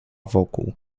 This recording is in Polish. wokół